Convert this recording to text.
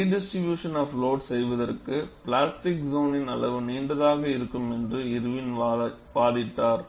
redistribution of load செய்வதற்கு plastic சோனின் அளவு நீண்டதாக இருக்கும் என்று இர்வின் வாதிட்டார்